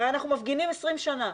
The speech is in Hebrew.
אנחנו מפגינים 20 שנה,